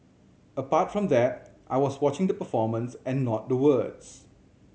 apart from that I was watching the performance and not the words